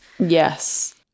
Yes